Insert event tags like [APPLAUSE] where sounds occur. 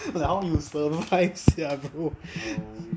like how you survive sia bro [LAUGHS]